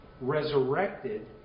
resurrected